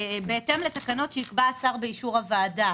בהתאם לתקנות שיקבע השר באישור הוועדה.